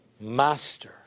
Master